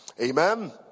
Amen